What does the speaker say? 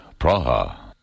Praha